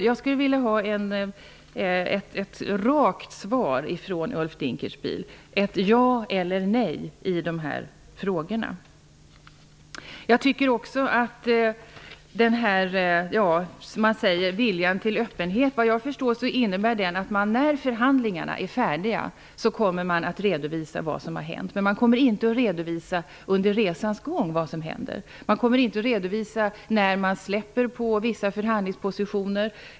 Jag skulle vilja ha ett rakt svar från Ulf Vidare har vi frågan om viljan till öppenhet. Vad jag kan förstå innebär den att när förhandlingarna är färdiga kommer man att redovisa vad som har hänt. Men man kommer inte att redovisa vad som händer under resans gång. Man kommer inte att redovisa när man släpper på vissa förhandlingspositioner.